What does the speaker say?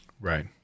right